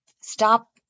Stop